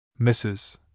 Mrs